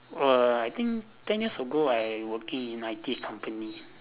err I think ten years ago I working in I_T company